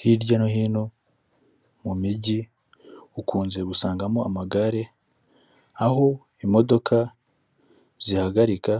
Hirya no hino mu mijyi ukunze gusangamo amagare aho imodoka zihagarika